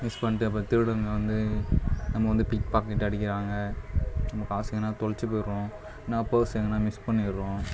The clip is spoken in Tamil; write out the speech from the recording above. மிஸ் பண்ணிவிட்டு அப்புறோம் திருடனுங்க வந்து நம்ம வந்து பிக்பாக்கெட்டு அடிக்கிறாங்க நம்ம காசு எங்கேனா தொலச்சு போயிடுவோம் நான் பர்ஸ் எங்கேனா மிஸ் பண்ணிடறோம்